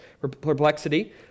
perplexity